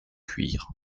cuir